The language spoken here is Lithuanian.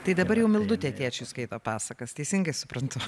tai dabar jau mildutė tėčiui skaito pasakas teisingai suprantu